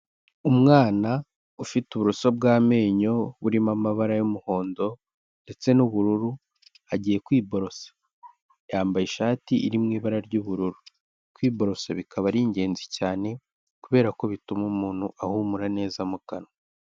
Umwana ufite uburoso bw'amenyo burimo amabara y'umuhondo ndetse n'ubururu, agiye kwiborosa, yambaye ishati iri mu ibara ry'ubururu, kwiborosa bikaba ari ingenzi cyane kubera ko bituma umuntu ahumura neza mu kanwa.